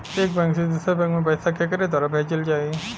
एक बैंक से दूसरे बैंक मे पैसा केकरे द्वारा भेजल जाई?